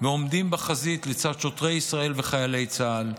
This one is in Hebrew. ועומדים בחזית לצד שוטרי ישראל וחיילי צה"ל.